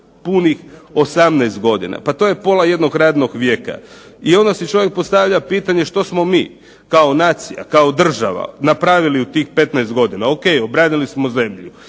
punih 18 godina. Pa to je pola jednog radnog vijeka. I onda si čovjek postavlja pitanje što smo mi kao nacija, kao država napravili u tih 15 godina. O.k obranili smo zemlju